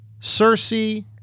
Cersei